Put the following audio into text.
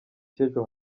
cy’ejo